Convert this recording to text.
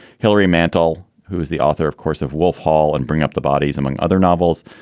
hilary mantel, who is the author, of course, of wolf hall and bring up the bodies, among other novels,